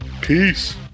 peace